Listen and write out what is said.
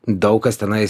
daug kas tenais